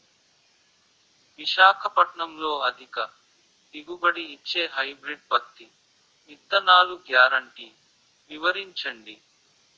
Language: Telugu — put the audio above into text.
విశాఖపట్నంలో అధిక దిగుబడి ఇచ్చే హైబ్రిడ్ పత్తి విత్తనాలు గ్యారంటీ వివరించండి?